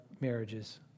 marriages